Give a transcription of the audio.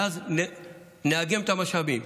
ואז נאגם את המשאבים,